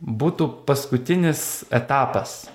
būtų paskutinis etapas